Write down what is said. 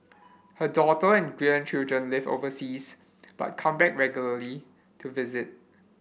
her daughter and grandchildren live overseas but come back regularly to visit